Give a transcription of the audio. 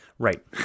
Right